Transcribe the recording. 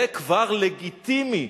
זה כבר לגיטימי.